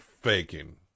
faking